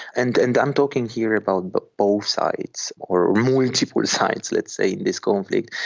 and and i'm talking here about but both sides or multiple sides, let's say, in this conflict,